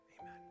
Amen